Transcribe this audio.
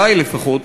אלי לפחות,